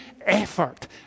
effort